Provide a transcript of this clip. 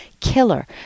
killer